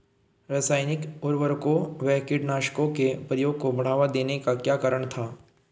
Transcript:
रासायनिक उर्वरकों व कीटनाशकों के प्रयोग को बढ़ावा देने का क्या कारण था?